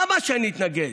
למה שאני אתנגד,